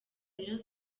rayon